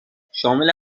شامل